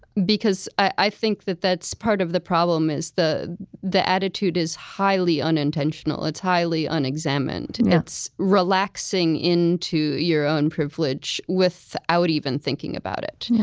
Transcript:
because i think that that's part of the problem is the the attitude is highly unintentional. it's highly unexamined. it's relaxing into your own privilege without even thinking about it. yeah